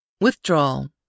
Withdrawal